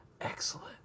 Excellent